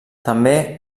també